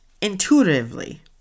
intuitively